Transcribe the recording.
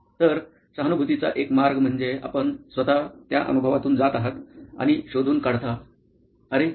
तर सहानुभूतीचा एक मार्ग म्हणजे आपण स्वतः त्या अनुभवातून जात आहात आणि शोधून काढता अरे